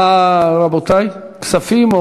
רבותי, כספים?